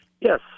Yes